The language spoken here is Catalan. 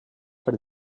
per